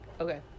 Okay